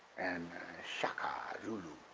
and shaka zulu,